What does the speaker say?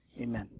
Amen